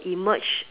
emerge